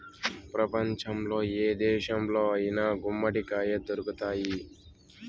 ప్రపంచంలో ఏ దేశంలో అయినా గుమ్మడికాయ దొరుకుతాయి